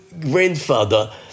grandfather